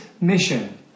mission